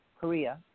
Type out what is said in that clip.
Korea